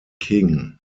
king